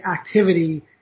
activity